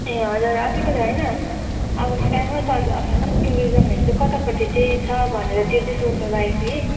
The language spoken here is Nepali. ए हजुर अलिकति होइन अब फेमस टुरिजमहरू चाहिँ कतापट्टि चाहिँ छ भनेर त्यो चाहिँ सोध्न लागेको थिएँ कि